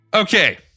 Okay